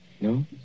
No